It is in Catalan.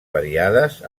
variades